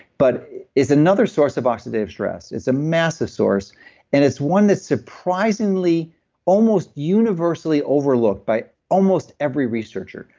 but it's another source of oxidative stress it's a massive source and it's one that's surprisingly almost universally overlooked by almost every researcher.